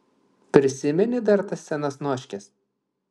prisimeni dar tas senas noškes